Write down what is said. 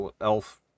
elf